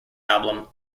album